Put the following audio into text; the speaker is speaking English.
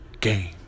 game